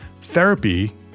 therapy